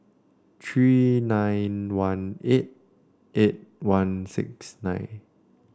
three nine one eight eight one six nine